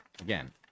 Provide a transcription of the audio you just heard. Again